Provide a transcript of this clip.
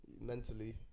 mentally